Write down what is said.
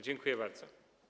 Dziękuję bardzo.